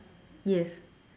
yes